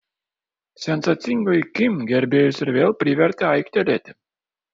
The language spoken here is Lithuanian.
sensacingoji kim gerbėjus ir vėl privertė aiktelėti